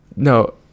no